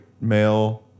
male